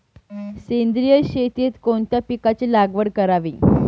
सेंद्रिय शेतीत कोणत्या पिकाची लागवड करावी?